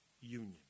union